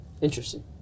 Interesting